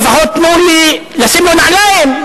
לפחות תנו לי לשים לו נעליים.